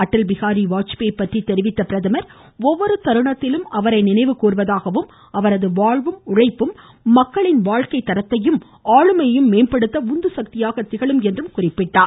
அட்டல் பிஹாரி வாஜ்பேயி பற்றி தெரிவித்த பிரதமர் ஒவ்வொரு தருணத்திலும் அவரை நினைவு கூர்வதாகவும் அவரது வாழ்வும் உழைப்பும் மக்களின் வாழ்க்கை தரத்தையும் ஆளுமையையும் மேம்படுத்த உந்துசக்தியாக திகழும் என்றார்